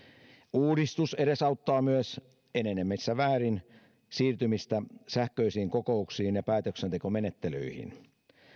uudistus edesauttaa myös enenevässä määrin siirtymistä sähköisiin kokouksiin ja päätöksentekomenettelyihin